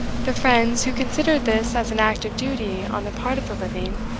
the friends, who considered this as an act of duty on the part of the living,